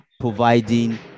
providing